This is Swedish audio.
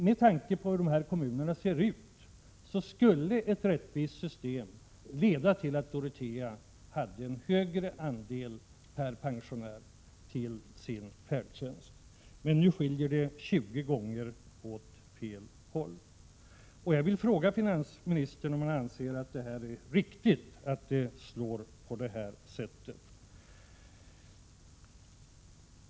Med tanke på hur dessa kommuner ser ut skulle ett rättvist system leda till att Dorotea fick ett större bidrag per pensionär till sin färdtjänst. Nu skiljer det 20 gånger — åt fel håll. Jag vill fråga finansministern om han anser att det är riktigt att bestämmelserna slår på detta sätt.